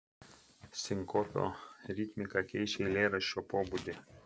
sinkopio ritmika keičia eilėraščio pobūdį